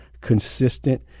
consistent